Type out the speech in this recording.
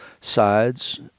sides